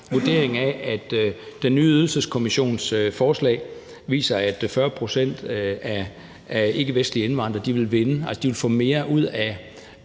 vurdering af, at den nye ydelseskommissions forslag viser, at 40 pct. af ikkevestlige indvandrere vil vinde, altså få mere ud af